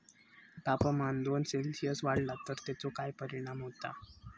तापमान दोन सेल्सिअस वाढला तर तेचो काय परिणाम होता?